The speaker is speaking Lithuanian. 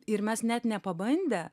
ir mes net nepabandę